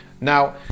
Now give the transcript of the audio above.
Now